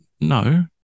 no